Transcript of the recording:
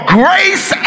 grace